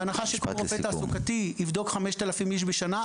בהנחה שיש פה רופא תעסוקתי, יבדוק 5,000 איש בשנה?